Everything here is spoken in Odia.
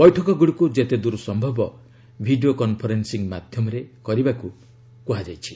ବୈଠକଗୁଡ଼ିକୁ ଯେତେଦୂର ସମ୍ଭବ ଭିଡ଼ିଓ କନଫରେନ୍ସିଂ ମାଧ୍ୟମରେ କରିବାକୁ କୁହାଯାଇଛି